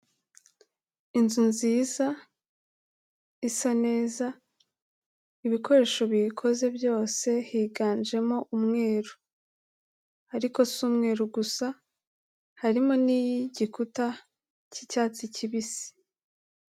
Inzu nziza isa neza. Ibikoresho biyikoze byose higanjemo umweru. Ariko si umweru gusa, harimo n'igikuta cy'icyatsi kibisi.